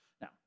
Now